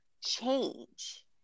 Change